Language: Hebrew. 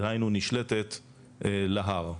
דהיינו נשלטת להר.